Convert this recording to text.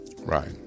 Right